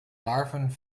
larven